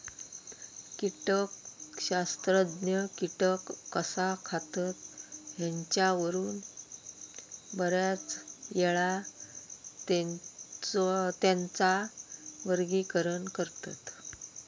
कीटकशास्त्रज्ञ कीटक कसा खातत ह्येच्यावरून बऱ्याचयेळा त्येंचा वर्गीकरण करतत